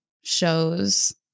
shows